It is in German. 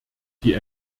die